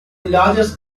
largest